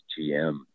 GM